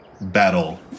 battle